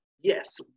Yes